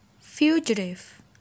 fugitive